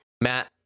Matt